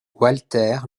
walter